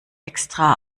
extra